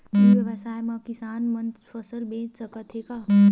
ई व्यवसाय म किसान मन फसल बेच सकथे का?